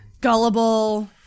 Gullible